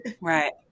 Right